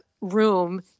room